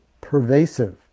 pervasive